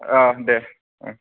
ओ दे ओ